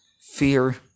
fear